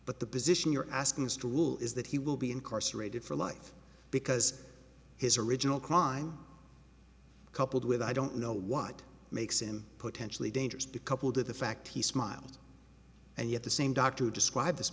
but the position you're asking a stool is that he will be incarcerated for life because his original crime coupled with i don't know what makes him potentially dangerous to coupled with the fact he smiles and yet the same doctor described th